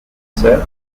sœur